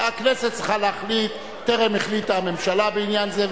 הכנסת צריכה להחליט טרם החליטה הממשלה בעניין זה,